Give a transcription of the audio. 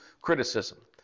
criticism